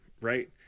Right